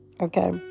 Okay